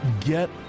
Get